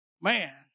man